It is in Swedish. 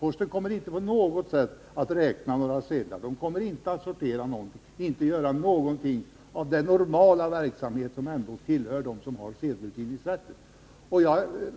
Posten kommer inte att räkna några sedlar, den kommer inte att sortera eller göra någonting av det som ingår i den normala verksamheten för dem som har sedelutgivningsrätten.